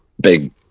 big